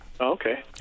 Okay